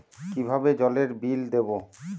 কিভাবে জলের বিল দেবো?